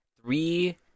Three